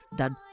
done